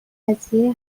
قضیه